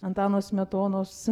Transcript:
antano smetonos